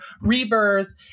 rebirth